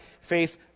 faith